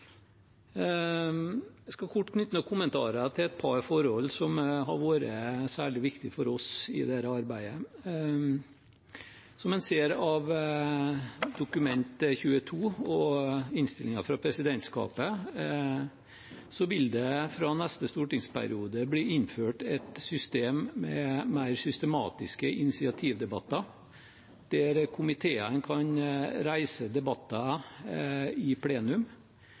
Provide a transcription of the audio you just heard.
skal kort knytte noen kommentarer til et par forhold som har vært særlig viktig for oss i dette arbeidet. Som man ser av Dokument 22 og innstillingen fra presidentskapet, vil det fra neste stortingsperiode bli innført et system med mer systematiske initiativdebatter, der komiteene kan reise debatter i plenum.